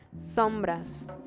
Sombras